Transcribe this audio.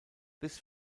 this